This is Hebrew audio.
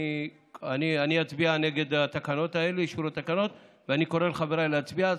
אני אצביע נגד אישור התקנות האלה ואני קורא לחברי להצביע.